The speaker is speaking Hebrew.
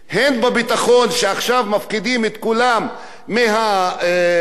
ועכשיו מפחידים את כולם מהעניין האירני.